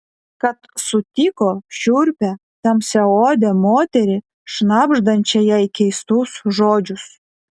kad sutiko šiurpią tamsiaodę moterį šnabždančią jai keistus žodžius